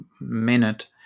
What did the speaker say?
minute